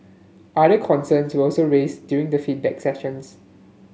other concerns were also raised during the feedback sessions